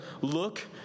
look